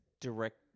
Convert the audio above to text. direct